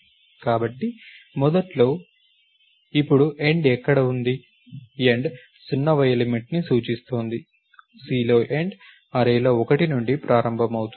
కాబట్టి మొదట్లో ఇప్పుడు end ఎక్కడ ఉంది end 0వ ఎలిమెంట్ ని సూచిస్తోంది Cలో end అర్రేలో 1 నుండి ప్రారంభమవుతుంది